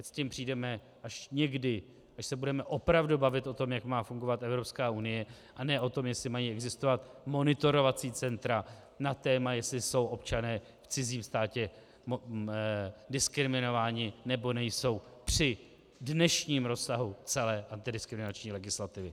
Ať s tím přijdeme až někdy, až se budeme opravdu bavit o tom, jak má fungovat Evropská unie, a ne o tom, jestli mají existovat monitorovací centra na téma, jestli jsou občané v cizím státě diskriminováni, nebo nejsou při dnešním rozsahu celé antidiskriminační legislativy.